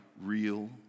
real